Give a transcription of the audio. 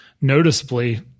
noticeably